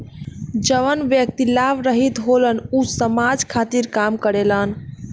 जवन व्यक्ति लाभ रहित होलन ऊ समाज खातिर काम करेलन